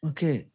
Okay